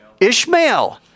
Ishmael